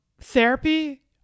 Therapy